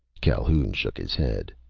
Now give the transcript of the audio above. calhoun shook his head.